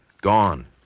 Gone